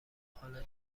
حالا